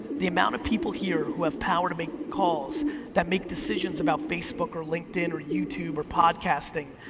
the amount of people here who have power to make calls that make decisions about facebook or linkedin or youtube or podcasting,